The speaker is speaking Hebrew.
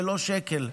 ללא שקל,